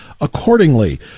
accordingly